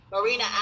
Marina